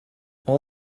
all